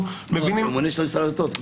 זה ממונה של משרד הדתות.